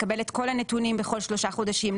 לקבל את כל הנתונים בכל שלושה חודשים.